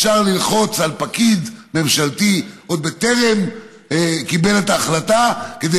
אפשר ללחוץ על פקיד ממשלתי עוד בטרם קיבל את ההחלטה כדי